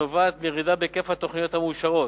הנובעת מירידה בהיקף התוכניות המאושרות.